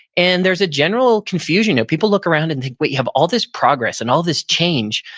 and there's a general confusion. people look around and think, wait, you have all this progress, and all this change,